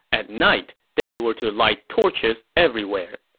at night, they were to light torches everywhere.